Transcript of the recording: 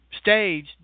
stage